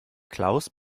klaus